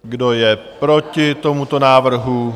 Kdo je proti tomuto návrhu?